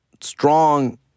strong